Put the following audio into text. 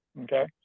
Okay